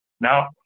now